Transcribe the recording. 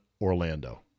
Orlando